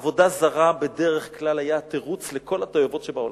עבודה זרה בדרך כלל היתה התירוץ לכל התועבות שבעולם.